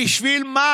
בשביל מה?